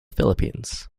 philippines